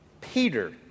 Peter